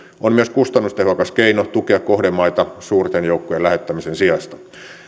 on myös kustannustehokas keino tukea kohdemaita suurten joukkojen lähettämisen sijasta